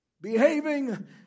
Behaving